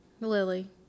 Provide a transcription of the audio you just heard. Lily